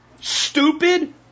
stupid